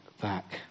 back